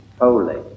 holy